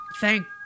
thank